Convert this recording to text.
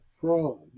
fraud